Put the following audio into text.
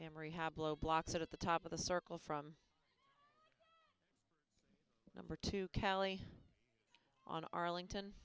emery have low blocks at the top of the circle from number two cali on arlington